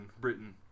Britain